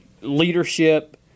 Leadership